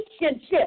relationship